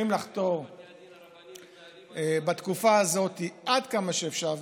לחתור בתקופה הזאת עד כמה שאפשר,